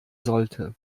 sollte